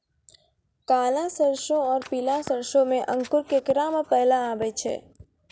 काला सरसो और पीला सरसो मे अंकुर केकरा मे पहले आबै छै?